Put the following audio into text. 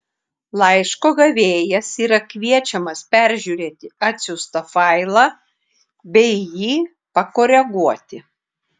laiško gavėjas yra kviečiamas peržiūrėti atsiųstą failą bei jį pakoreguoti